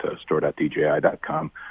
store.dji.com